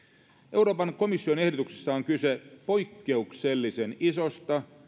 euroopan komission ehdotuksessa on kyse poikkeuksellisen isosta